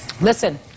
Listen